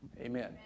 Amen